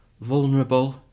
Vulnerable